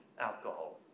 Alcohol